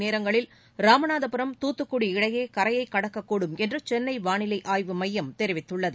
நேரங்களில் ராமநாதபுரம் துத்துக்குடி இடையே கரையை கடக்கக்கூடும் என்று சென்னை வானிலை ஆய்வு மையம் தெரிவித்துள்ளது